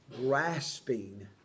grasping